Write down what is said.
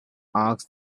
asked